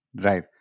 Right